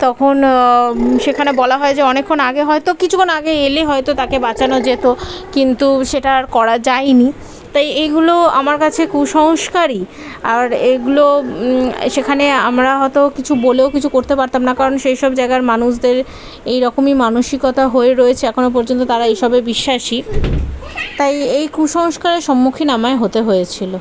তখন সেখানে বলা হয় যে অনেকক্ষণ আগে হয় তো কিছুক্ষণ আগে এলে হয়তো তাকে বাঁচানো যেত কিন্তু সেটা আর করা যায়নি তাই এগুলো আমার কাছে কুসংস্কারই আর এগুলো সেখানে আমরা হয়তো কিছু বলেও কিছু করতে পারতাম না কারণ সেইসব জায়গার মানুষদের এই রকমই মানসিকতা হয়ে রয়েছে এখনও পর্যন্ত তারা এসবে বিশ্বাসী তাই এই কুসংস্কারের সম্মুখীন আমায় হতে হয়েছিল